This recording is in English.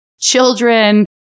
children